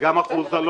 וגם אחוזה בכרמל לא.